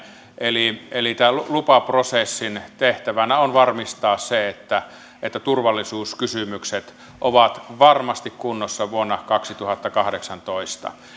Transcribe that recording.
eli tämän lupaprosessin tehtävänä on varmistaa se että että turvallisuuskysymykset ovat varmasti kunnossa vuonna kaksituhattakahdeksantoista